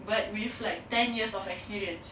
but with like ten years of experience